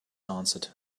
answered